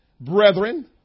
brethren